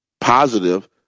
positive